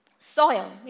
Soil